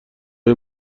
های